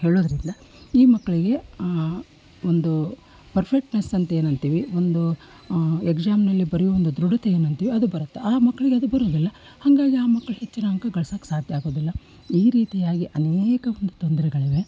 ಹೇಳುದರಿಂದ ಈ ಮಕ್ಕಳಿಗೆ ಒಂದು ಪರ್ಫೆಕ್ಟ್ನೆಸ್ ಅಂತ ಏನಂತೀವಿ ಒಂದು ಎಕ್ಸಾಮ್ನಲ್ಲಿ ಬರೆಯುವ ಒಂದು ದೃಢತೆ ಏನಂತೀವಿ ಅದು ಬರುತ್ತೆ ಆ ಮಕ್ಕಳಿಗದು ಬರೋದಿಲ್ಲ ಹಾಗಾಗಿ ಆ ಮಕ್ಕಳು ಹೆಚ್ಚಿನ ಅಂಕ ಗಳ್ಸೋಕ್ಕೆ ಸಾಧ್ಯ ಆಗೋದಿಲ್ಲ ಈ ರೀತಿಯಾಗಿ ಅನೇಕ ಒಂದು ತೊಂದರೆಗಳಿವೆ